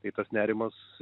tai tas nerimas